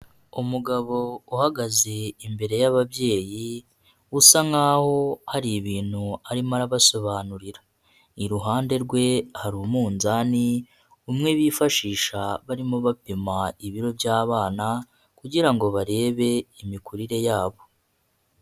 Umugabo uhagaze imbere y'ababyeyi usa nkaho hari ibintu arimo arabasobanurira, iruhande rwe hari umunzani umwe bifashisha barimo bapima ibiro by'abana kugira barebe imikurire yabo.